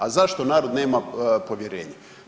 A zašto narod nema povjerenja?